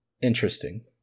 interesting